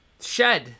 shed